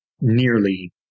nearly